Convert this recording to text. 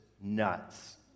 nuts